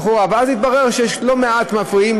ואז התברר שיש לא מעט מפריעים,